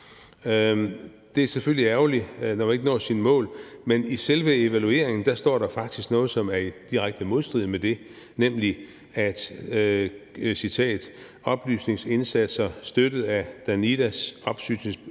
Det er selvfølgelig ærgerligt, når man ikke når sine mål, men i selve evalueringen står der faktisk noget, som er i direkte modstrid med det, nemlig: »Oplysningsindsatser støttet af Danidas oplysningsbevilling